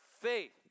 faith